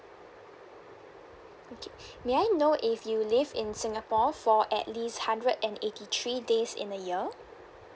okay may I know if you live in singapore for at least hundred and eighty three days in a year